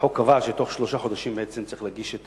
והחוק קבע שתוך שלושה חודשים בעצם צריך להגיש את